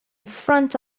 front